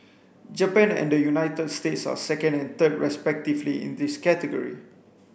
Japan and the United States are second and third respectively in this category